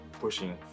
pushing